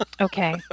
Okay